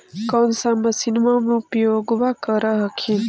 कौन सा मसिन्मा मे उपयोग्बा कर हखिन?